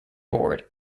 board